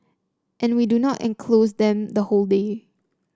and we do not enclose them the whole day